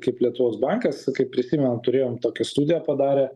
kaip lietuvos bankas kaip prisimenat turėjom tokią studiją padarę